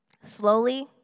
Slowly